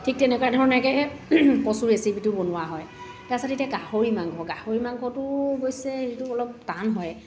ঠিক তেনেকুৱা ধৰণকৈ কচু ৰেচিপিটো বনোৱা হয় তাৰপিছত এতিয়া গাহৰি মাংস গাহৰি মাংসটো অৱশ্যে সেইটো অলপ টান হয়